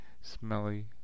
Smelly